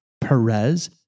Perez